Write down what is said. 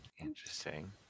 Interesting